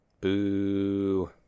Boo